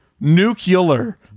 nuclear